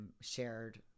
shared